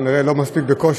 כנראה אני לא מספיק בכושר.